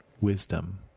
wisdom